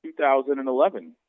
2011